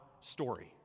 story